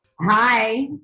hi